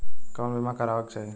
कउन बीमा करावें के चाही?